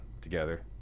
together